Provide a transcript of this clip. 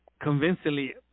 convincingly